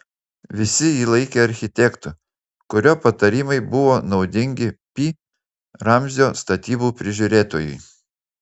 visi jį laikė architektu kurio patarimai buvo naudingi pi ramzio statybų prižiūrėtojui